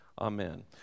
Amen